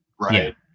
right